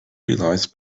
realized